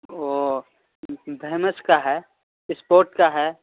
وہ دھیمس کا ہے اسپورٹ کا ہے